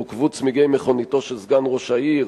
נוקבו צמיגי מכוניתו של סגן ראש העיר,